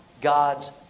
God's